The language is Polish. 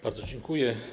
Bardzo dziękuję.